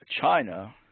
China